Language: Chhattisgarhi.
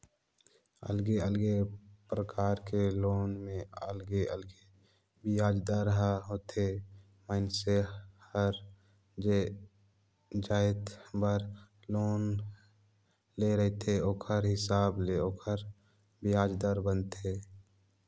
अलगे अलगे परकार के लोन में अलगे अलगे बियाज दर ह होथे, मइनसे हर जे जाएत बर लोन ले रहथे ओखर हिसाब ले ओखर बियाज दर बनथे